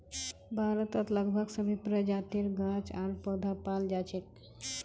भारतत लगभग सभी प्रजातिर गाछ आर पौधा पाल जा छेक